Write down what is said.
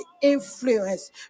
influence